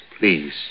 Please